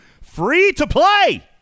free-to-play